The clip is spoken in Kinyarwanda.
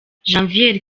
janvier